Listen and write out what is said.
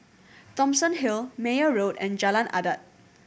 Thomson Hill Meyer Road and Jalan Adat